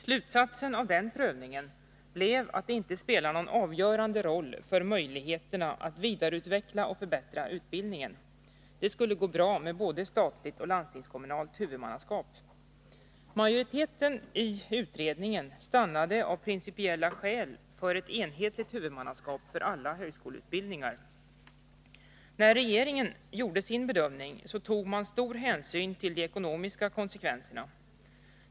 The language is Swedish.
Slutsatsen av den prövningen blev att vem som är huvudman inte spelar någon avgörande roll för möjligheterna att vidareutveckla och förbättra utbildningen. Det skulle gå bra med både statligt och landstingskommunalt huvudmannaskap. Majoriteten i utredningen stannade av principiella skäl för ett enhetligt huvudmannaskap för alla högskoleutbildningar. När regeringen gjorde sin bedömning tog man stor hänsyn till de ekonomiska konsekvenserna.